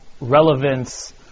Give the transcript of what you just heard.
relevance